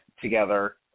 together